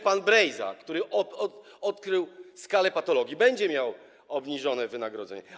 Pan Brejza, który odkrył skalę patologii, będzie miał obniżone wynagrodzenie.